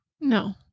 No